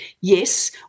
yes